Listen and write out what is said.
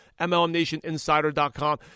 mlmnationinsider.com